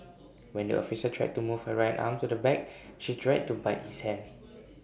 when the officer tried to move her right arm to the back she tried to bite his hand